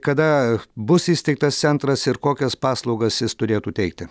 kada bus įsteigtas centras ir kokias paslaugas jis turėtų teikti